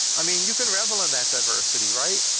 i mean, you can revel in that diversity, right?